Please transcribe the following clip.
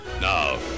Now